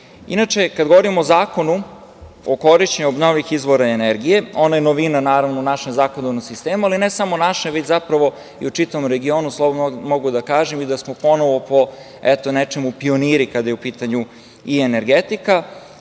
energije. Kada govorim o Zakonu o korišćenju obnovljivih izvora energije, ona je novina u našem zakonodavnom sistemu, ali ne samo našem, već zapravo i u čitavom regionu, slobodno mogu da kažem i da smo ponovo po, eto, nečemu pioniri kada je u pitanju i energetika,